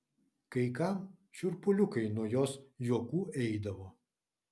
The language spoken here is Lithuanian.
kai kam šiurpuliukai nuo jos juokų eidavo